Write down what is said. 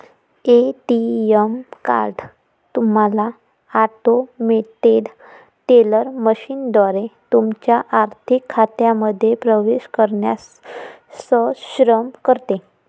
ATM card तुम्हाला automated teller मशीनद्वारे तुमच्या आर्थिक खात्यांमध्ये प्रवेश करण्यास सक्षम करते